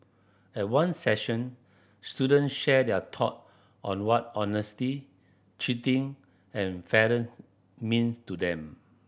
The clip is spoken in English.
at one session student shared their thought on what honesty cheating and fairness means to them